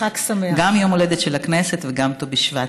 גם יום ההולדת של הכנסת וגם ט"ו בשבט.